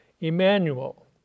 Emmanuel